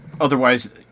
otherwise